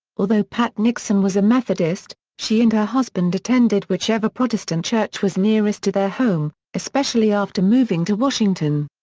although pat nixon was a methodist, she and her husband attended whichever protestant church was nearest to their home, especially after moving to washington.